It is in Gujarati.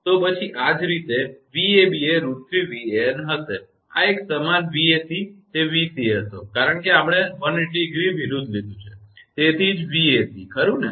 તો પછી આ જ રીતે 𝑉𝑎𝑏 એ √3𝑉𝑎𝑛 હશે આ એક સમાન 𝑉𝑎𝑐 તે 𝑉𝑐𝑎 હતો કારણ કે આપણે 180° વિરુધ્ધ લીધું છે તેથી જ 𝑉𝑎𝑐 ખરું ને